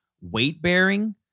weight-bearing